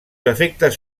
efectes